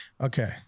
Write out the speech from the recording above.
Okay